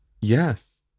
Yes